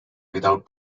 without